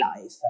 life